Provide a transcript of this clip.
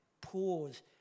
Pause